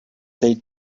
they